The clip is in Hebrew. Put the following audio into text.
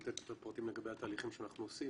לתת יותר פרטים לגבי התהליכים שאנחנו עושים.